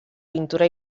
pintura